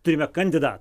turime kandida